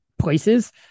places